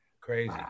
Crazy